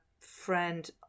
friend